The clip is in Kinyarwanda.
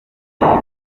y’epfo